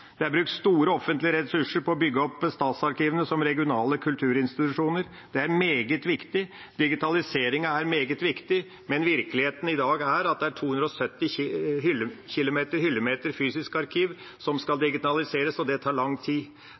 Det er brukt store offentlige ressurser på å bygge opp statsarkivene som regionale kulturinstitusjoner. Det er meget viktig. Digitalisering er meget viktig, men virkeligheten i dag er at det er 270 km – hyllemeter – fysisk arkiv som skal digitaliseres, og det tar lang tid.